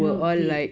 not okay